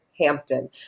Hampton